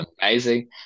amazing